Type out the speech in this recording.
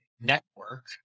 network